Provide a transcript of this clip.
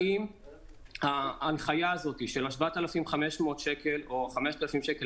האם ההנחיה הזאת של ה-7,500 שקלים או ה-5,000 שקלים,